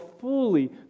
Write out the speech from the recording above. fully